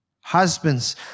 Husbands